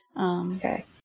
Okay